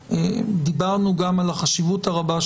דיברנו גם על החשיבות הרבה,